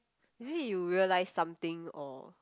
is it you realise something or